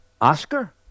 Oscar